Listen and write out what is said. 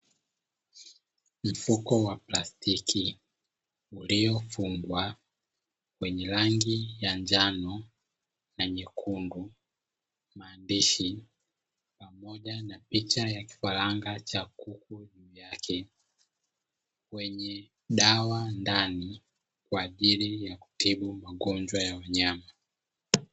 Mfuko wa plastiki uliofungwa wenye rangi ya njano na nyekundu, maandishi na picha ya kifaranga cha kuku juu yake. Wenye dawa ndani kwa ajili ya kutibu magonjwa ya wanyama.